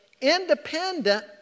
independent